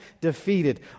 defeated